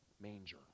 manger